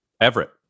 Everett